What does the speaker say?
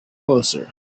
closer